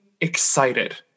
excited